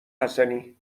حسنی